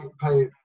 pay